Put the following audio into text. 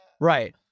Right